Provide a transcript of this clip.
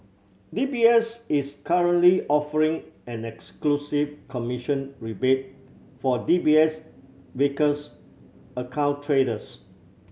D B S is currently offering an exclusive commission rebate for D B S Vickers account traders